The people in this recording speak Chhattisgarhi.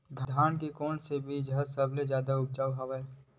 धान के कोन से बीज ह सबले जादा ऊपजाऊ हवय?